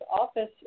office